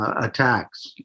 attacks